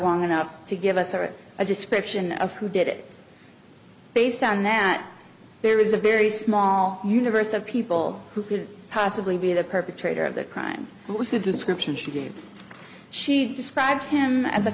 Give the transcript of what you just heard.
long enough to give us or a description of who did it based on that there is a very small universe of people who could possibly be the perpetrator of the crime who was the description she gave she described him as a